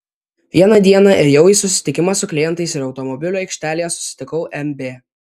vieną dieną ėjau į susitikimą su klientais ir automobilių aikštelėje susitikau mb